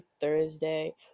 Thursday